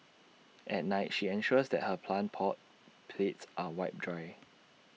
at night she ensures that her plant pot plates are wiped dry